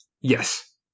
yes